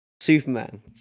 Superman